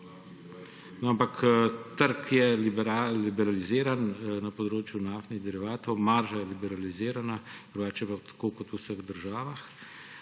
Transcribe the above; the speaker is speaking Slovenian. ampak trg je liberaliziran na področju naftnih derivatov. Marža je liberalizirana. Drugače pa je tako kot v vseh državah.